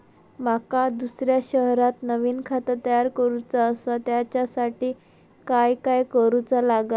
माका दुसऱ्या शहरात नवीन खाता तयार करूचा असा त्याच्यासाठी काय काय करू चा लागात?